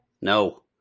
No